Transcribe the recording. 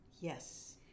Yes